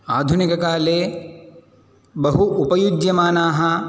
आधुनिककाले बहु उपयुज्यमानाः